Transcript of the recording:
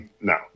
No